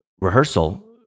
rehearsal